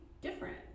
different